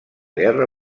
guerra